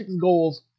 goals